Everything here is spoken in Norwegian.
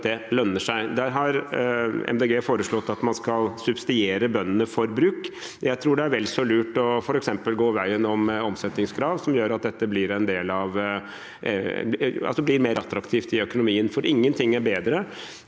Miljøpartiet De Grønne foreslått at man skal subsidiere bøndene for bruk. Jeg tror f.eks. det er vel så lurt å gå veien om omsetningskrav, noe som gjør at dette blir mer attraktivt i økonomien. For ingenting er bedre